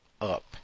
up